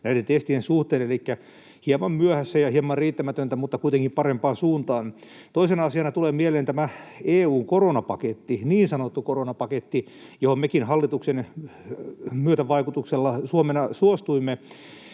näiden testien suhteen. Elikkä hieman myöhässä ja hieman riittämätöntä, mutta kuitenkin parempaan suuntaan. Toisena asiana tulee mieleen tämä EU:n koronapaketti — niin sanottu koronapaketti — johon mekin hallituksen myötävaikutuksella Suomena suostuimme: